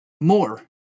More